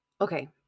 Okay